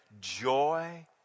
joy